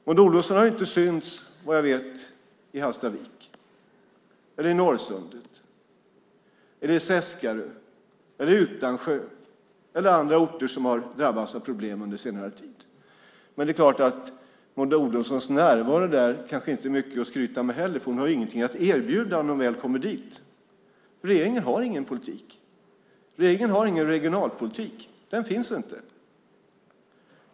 Maud Olofsson har vad jag vet inte synts till i Hallstavik, Norrsundet, Seskarö, Utansjö eller andra orter som har drabbats av problem under senare tid. Men det är klart att Maud Olofssons närvaro där kanske inte är mycket att skryta med heller; hon har ingenting att erbjuda om hon väl kommer dit. Regeringen har ingen politik. Regeringen har ingen regionalpolitik. Den finns inte.